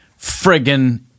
friggin